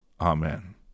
Amen